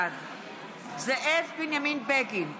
בנימין בגין,